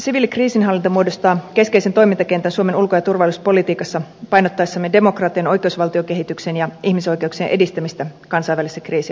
siviilikriisinhallinta muodostaa keskeisen toimintakentän suomen ulko ja turvallisuuspolitiikassa painottaessamme demokratian oikeusvaltiokehityksen ja ihmisoikeuksien edistämistä kansainvälisessä kriisinhallinnassa